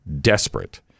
desperate